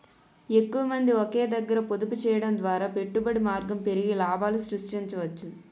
ఎక్కువమంది ఒకే దగ్గర పొదుపు చేయడం ద్వారా పెట్టుబడి మార్గం పెరిగి లాభాలు సృష్టించవచ్చు